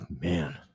man